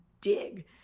dig